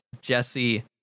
Jesse